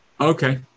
Okay